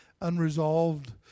unresolved